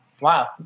Wow